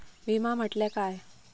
विमा म्हटल्या काय?